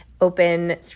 open